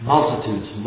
Multitudes